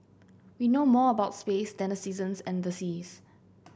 we know more about space than the seasons and the seas